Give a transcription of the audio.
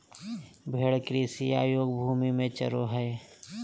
भेड़ कृषि अयोग्य भूमि में चरो हइ